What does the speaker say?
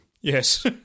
Yes